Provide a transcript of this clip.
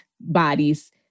bodies